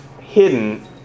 hidden